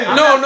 no